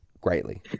greatly